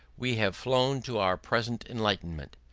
we have flown to our present enlightenment.